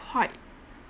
quite